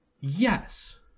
yes